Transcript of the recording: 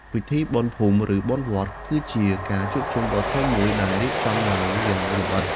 ពិធីបុណ្យភូមិ ឬបុណ្យវត្ត គឺជាការជួបជុំដ៏ធំមួយដែលរៀបចំឡើងយ៉ាងលម្អិត។